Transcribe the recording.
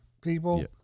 People